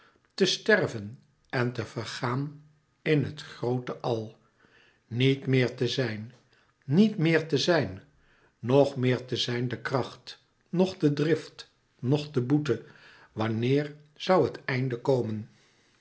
te sterven en te vergaan in het groote al niet meer te zijn niet meer te zijn noch meer te zijn de kracht noch de drift noch de boete wanneer zoû het einde komen